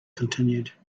continued